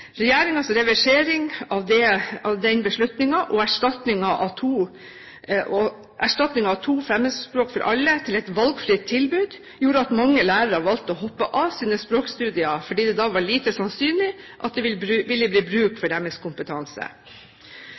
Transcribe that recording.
reversering av den beslutningen og erstatning av to fremmedspråk for alle til et valgfritt tilbud gjorde at mange lærere valgte å hoppe av sine språkstudier, fordi det da var lite sannsynlig at det ville bli bruk for